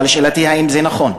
אבל שאלתי היא: האם זה נכון?